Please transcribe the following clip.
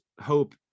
hope